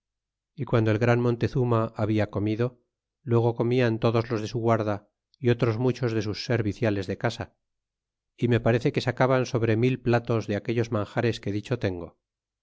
y guando el gran montezuma habla comido luego comian todos los de su guarda é otros muchos de sus serviciales de casa y me parece que sacaban sobre mil platos de aquellos manjares que dicho tengo